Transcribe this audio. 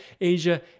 Asia